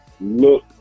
look